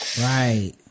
Right